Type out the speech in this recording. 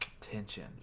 tension